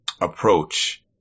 approach